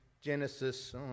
Genesis